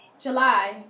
July